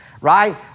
Right